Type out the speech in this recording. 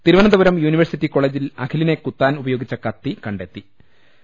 Thiruvananthapuram university കോളെജിൽ അഖിലിനെ കുത്താൻ ഉപയോഗിച്ച കത്തി കണ്ടെടുത്തു